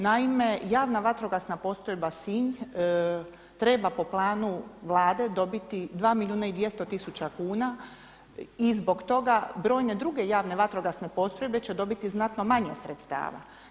Naime, Javna vatrogasna postrojba Sinj treba po planu Vlade dobiti 2 milijuna i 200 tisuća kuna i zbog toga brojne druge javne vatrogasne postrojbe će dobiti znatno manje sredstava.